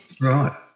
Right